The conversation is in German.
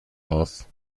aus